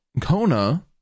Kona